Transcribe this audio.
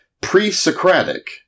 pre-Socratic